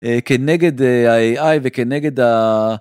כנגד ה-AI וכנגד ה...